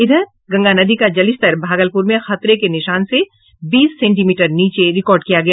इधर गंगा नदी का जलस्तर भागलपुर में खतरे के निशान से बीस सेंटीमीटर नीचे रिकॉर्ड किया गया